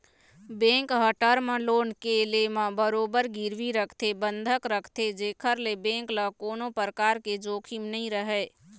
bank ह term loan के ले म बरोबर गिरवी रखथे बंधक रखथे जेखर ले बेंक ल कोनो परकार के जोखिम नइ रहय